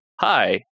Hi